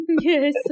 Yes